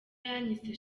yanyise